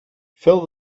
fill